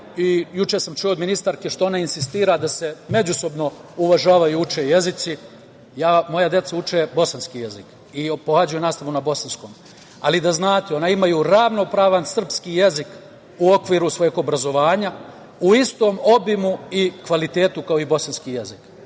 juče sam čuo od ministarke, što ona insistira da se međusobno uvažavaju i uče jezici. Moja deca uče bosanski jezik i pohađaju nastavu na bosanskom jeziku, ali da znate, oni imaju ravnopravan srpski jezik u okviru svog obrazovanja, u istom obimu i kvalitetu kao i bosanski jezik.Za